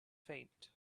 faint